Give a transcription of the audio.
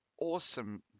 awesome